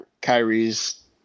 Kyrie's